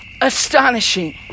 astonishing